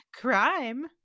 Crime